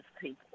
people